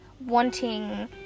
wanting